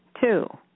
two